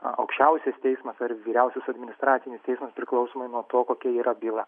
aukščiausias teismas ar vyriausias administracinis teismas priklausomai nuo to kokia yra byla